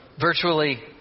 virtually